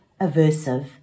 aversive